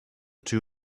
two